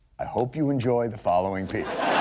i hope you enjoy the following piece.